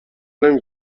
نمی